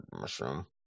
mushroom